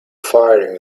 firing